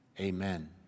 amen